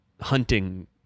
hunting